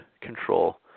control